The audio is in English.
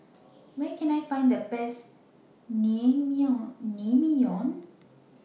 Where Can I Find The Best Naengmyeon